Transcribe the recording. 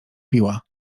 biła